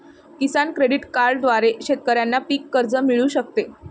किसान credit कार्डद्वारे शेतकऱ्यांना पीक कर्ज मिळू शकते